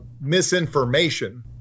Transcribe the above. misinformation